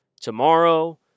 tomorrow